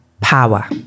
power